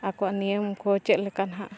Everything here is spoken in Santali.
ᱟᱠᱚᱣᱟᱜ ᱱᱤᱭᱚᱢ ᱠᱚ ᱪᱮᱫᱞᱮᱠᱟ ᱦᱟᱸᱜ